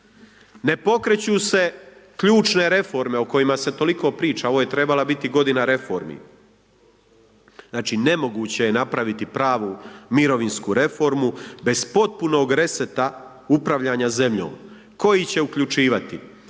Ne pokreću se ključne reforme o kojima se toliko priča, ovo je treba biti godina reformi, znači nemoguće je napraviti pravu mirovinsku reformu bez potpunog reseta upravljanja zemljom koji će uključivati,